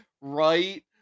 right